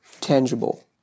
tangible